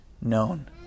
known